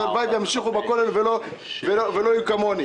הלוואי וימשיכו בכולל ולא יהיו כמוני.